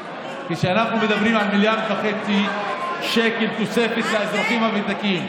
ומה שאושר היום,